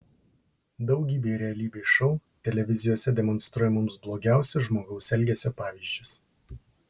daugybė realybės šou televizijose demonstruoja mums blogiausius žmogaus elgesio pavyzdžius